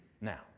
Now